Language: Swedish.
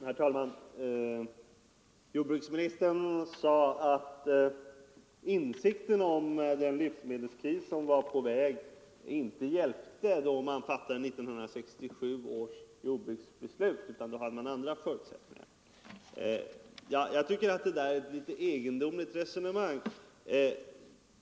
Herr talman! Jordbruksministern sade att insikten om den livsmedelskris som var på väg inte hjälpte då man fattade 1967 års jordbruksbeslut, utan då hade man andra förutsättningar. Jag tycker att det är ett litet egendomligt resonemang.